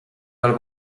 del